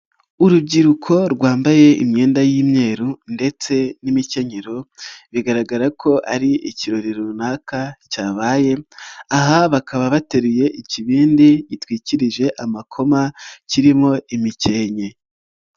Urubyiruko rwambaye imyenda y'imyeru ndetse n'imikenyero, bigaragara ko ari ikirori runaka cyabaye, aha bakaba bateruye ikibindi gitwikirije amakoma kirimo imikenke.